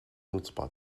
nutzbar